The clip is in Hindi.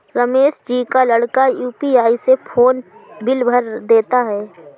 रमेश जी का लड़का यू.पी.आई से फोन बिल भर देता है